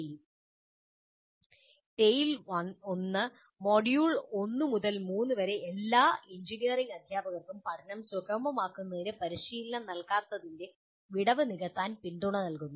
TALE 1 module 1 3 എല്ലാ engineering അധ്യാപകർക്കും പഠനം സുഗമമാക്കുന്നതിന് പരിശീലനം നൽകാത്തതിന്റെ വിടവ് നികത്താൻ പിന്തുണ നൽകുന്നു